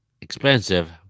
expensive